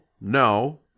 no